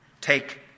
take